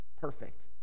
perfect